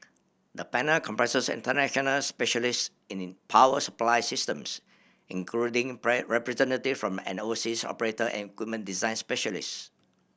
the panel comprises international specialist in power supply systems including representative from an overseas operator and equipment design specialist